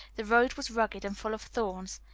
the road was rugged and full of thorns,